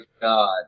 God